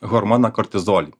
hormoną kortizolį